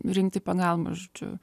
rinkti pagalbą žodžiu